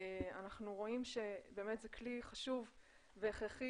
אנחנו רואים שבאמת זהו כלי חשוב והכרחי